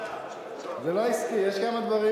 זה לא עסקי, יש כמה דברים